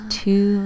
two